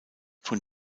von